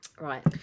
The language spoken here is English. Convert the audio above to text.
right